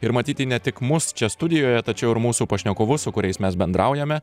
ir matyti ne tik mus čia studijoje tačiau ir mūsų pašnekovus su kuriais mes bendraujame